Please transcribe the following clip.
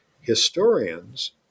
historians